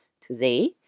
Today